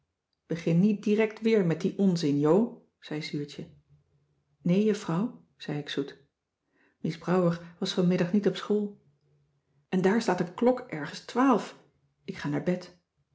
begin niet direct weer met dien onzin jo zei zuurtje nee juffrouw zei ik zoet mies brouwer was vanmiddag niet op school en daar slaat een klok ergens twaalf ik ga naar bed